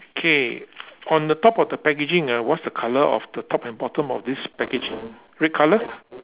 okay on the top of the packaging ah what's the colour of the top and bottom of this package red colour